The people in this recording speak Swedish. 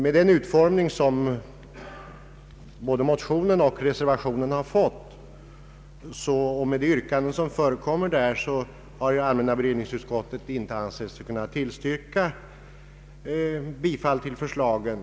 Med den utformning som både motionen och reservationen har fått och med de yrkanden som där förekommer har allmänna beredningsutskottet inte ansett sig kunna tillstyrka ett bifall till förslagen.